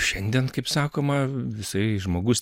šiandien kaip sakoma visai žmogus